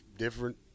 Different